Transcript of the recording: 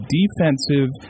defensive